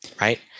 Right